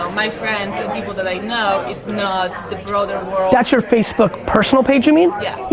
my friends and people that i know, it's not that's your facebook personal page, you mean? yeah.